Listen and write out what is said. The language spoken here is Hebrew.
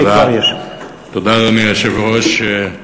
תודה, אדוני היושב-ראש.